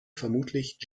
vermutlich